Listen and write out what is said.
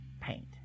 Paint